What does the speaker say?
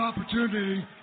opportunity